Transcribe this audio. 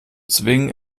zwingen